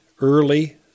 early